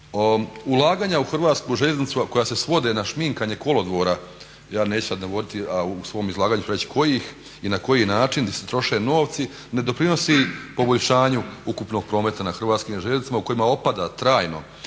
Ulaganja u Hrvatsku željeznicu a koja se svode na šminkanje kolodvora, ja neću sad navoditi a u svom izlaganju ću reći kojih i na koji način se troše novci, ne doprinosi poboljšanju ukupnog prometa na Hrvatskim željeznicama u kojima opada trajno